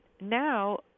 now